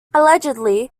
allegedly